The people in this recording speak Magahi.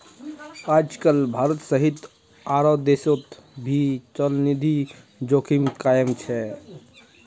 आजकल भारत सहित आरो देशोंत भी चलनिधि जोखिम कायम छे